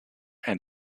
and